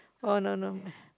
oh no no